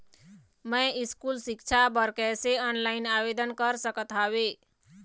मैं स्कूल सिक्छा बर कैसे ऑनलाइन आवेदन कर सकत हावे?